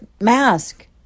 mask